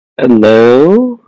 Hello